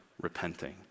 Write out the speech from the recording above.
repenting